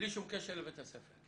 בלי שום קשר לבית הספר.